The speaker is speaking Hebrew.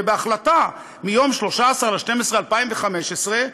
ובהחלטה מיום 13 בדצמבר 2015,